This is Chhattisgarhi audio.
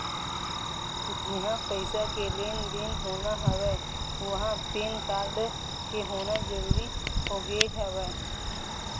जिहाँ पइसा के लेन देन होना हवय उहाँ पेन कारड के होना जरुरी होगे हवय